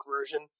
version